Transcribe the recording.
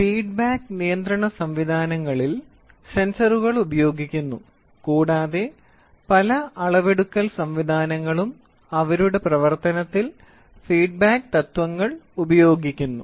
feedback നിയന്ത്രണ സംവിധാനങ്ങളിൽ സെൻസറുകൾ ഉപയോഗിക്കുന്നു കൂടാതെ പല അളവെടുക്കൽ സംവിധാനങ്ങളും അവരുടെ പ്രവർത്തനത്തിൽ ഫീഡ്ബാക്ക് തത്വങ്ങൾ ഉപയോഗിക്കുന്നു